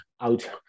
out